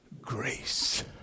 grace